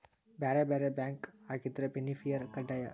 ಬ್ಯಾರೆ ಬ್ಯಾರೆ ಬ್ಯಾಂಕ್ ಆಗಿದ್ರ ಬೆನಿಫಿಸಿಯರ ಕಡ್ಡಾಯ